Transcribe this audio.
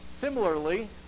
Similarly